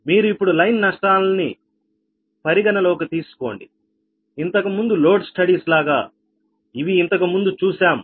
మీరు ఇప్పుడు లైన్ నష్టాలను పరిగణలోకి తీసుకోండి ఇంతకుముందు లోడ్ స్టడీస్ లాగాఇవి ఇంతకు ముందు చూశాం